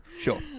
Sure